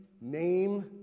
name